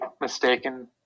mistaken